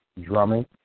drumming